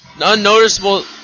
unnoticeable